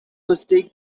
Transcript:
mistake